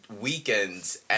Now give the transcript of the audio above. weekends